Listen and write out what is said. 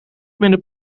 minder